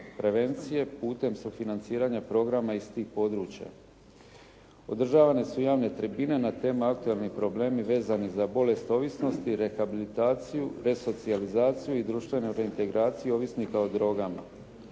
prevencije putem sufinanciranja programa iz tih područja. Održavane su javne tribine na temu aktualni problemi vezani za bolest ovisnosti, rehabilitaciju, resocijalizaciju i društvenu reintegraciju ovisnika o drogama.